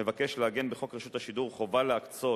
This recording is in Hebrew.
מבקש לעגן בחוק רשות השידור חובה להקצות,